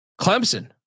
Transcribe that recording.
Clemson